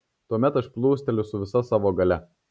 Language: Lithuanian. tuomet aš plūsteliu su visa savo galia